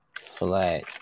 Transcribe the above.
flat